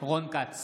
רון כץ,